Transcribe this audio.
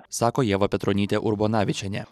sako ieva petronytė urbonavičienė